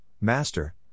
Master